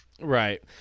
Right